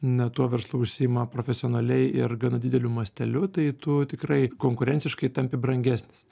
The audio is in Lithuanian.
na tuo verslu užsiima profesionaliai ir gana dideliu masteliu tai tu tikrai konkurenciškai tampi brangesnis